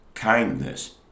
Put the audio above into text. kindness